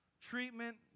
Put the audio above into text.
treatment